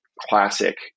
classic